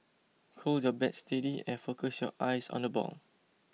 hold your bat steady and focus your eyes on the ball